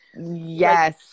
yes